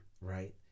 Right